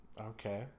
Okay